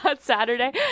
Saturday